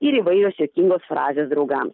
ir įvairios juokingos frazės draugam